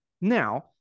Now